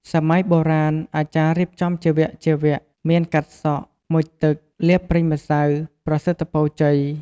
សម័យបុរាណអាចារ្យរៀបជាវគ្គៗ មានកាត់សក់ មុជទឹក លាបប្រេងម្សៅ ប្រសិទ្ធពរជ័យ ។